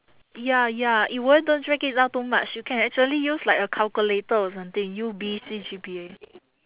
ya ya it wouldn't drag it down too much you can actually use like a calculator or something U_B_C G_P_A